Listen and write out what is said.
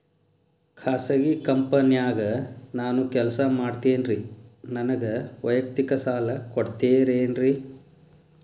ಖಾಸಗಿ ಕಂಪನ್ಯಾಗ ನಾನು ಕೆಲಸ ಮಾಡ್ತೇನ್ರಿ, ನನಗ ವೈಯಕ್ತಿಕ ಸಾಲ ಕೊಡ್ತೇರೇನ್ರಿ?